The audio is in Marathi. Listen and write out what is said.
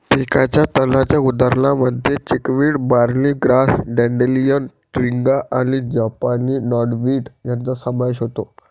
पिकाच्या तणांच्या उदाहरणांमध्ये chickweed, barney grass, dandelion, striga आणि जपानी नॉटवीड यांचा समावेश होतो